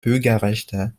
bürgerrechte